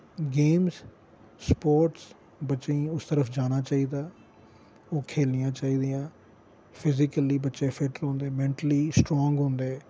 games sports बच्चें गी उस तरफ जाना चाहिदा ओह् खेलनियां चाहिदियां फिजिकली बच्चे फिट रौंह्दे मैंटली स्ट्रांग होंदे